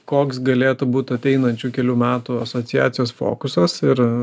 koks galėtų būt ateinančių kelių metų asociacijos fokusas ir